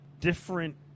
different